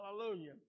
Hallelujah